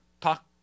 talk